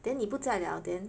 then 你不在了 then